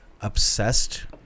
obsessed